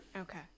Okay